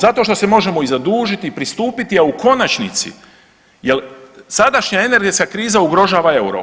Zato što se možemo i zadužiti i pristupiti, a u konačnici, jer sadašnja energetska kriza ugrožava euro.